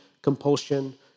Compulsion